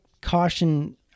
caution